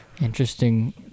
interesting